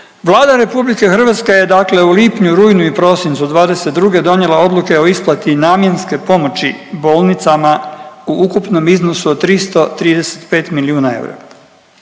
Vlada RH je dakle u lipnju, rujnu i prosincu '22. donijela odluke o isplati namjenske pomoći bolnicama u ukupnom iznosu od 335 milijuna eura,